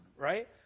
right